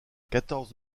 quatorze